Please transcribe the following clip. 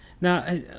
now